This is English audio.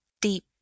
deep